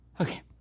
Okay